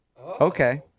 Okay